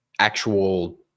actual